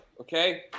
okay